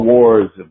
Wars